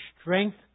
strength